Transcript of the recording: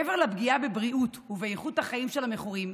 מעבר לפגיעה בבריאות ובאיכות החיים של המכורים,